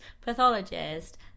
pathologist